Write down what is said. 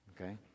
Okay